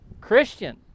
Christian